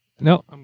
No